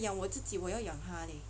养我自己还要养他叻